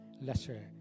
lesser